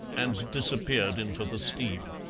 and disappeared into the steam.